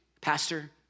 Pastor